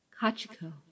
Kachiko